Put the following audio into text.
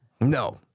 No